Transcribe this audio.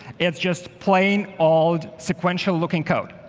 it's just plain old sequential-looking code.